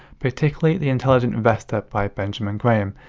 particularly, the intelligent investor, by benjamin graham.